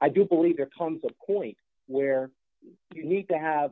i do believe there comes a point where you need to have